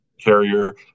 carrier